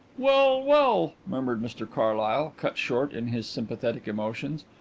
well, well, murmured mr carlyle, cut short in his sympathetic emotions.